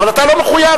אבל אתה לא מחויב.